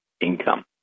income